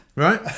Right